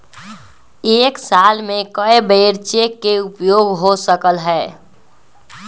एक साल में कै बेर चेक के उपयोग हो सकल हय